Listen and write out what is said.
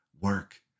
work